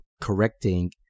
correcting